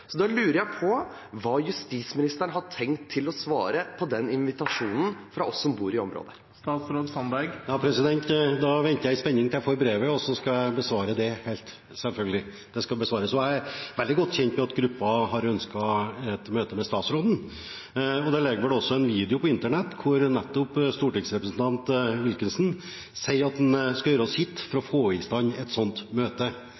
Da lurer jeg på hva justisministeren har tenkt å svare på den invitasjonen fra oss som bor i området. Da venter jeg i spenning til jeg får brevet, og så skal jeg svare på det, selvfølgelig. Jeg er veldig godt kjent med at gruppen har ønsket seg et møte med statsråden. Det ligger vel også en video ute på internett hvor nettopp stortingsrepresentant Wilkinson sier at han skal gjøre sitt for å få i stand et slikt møte.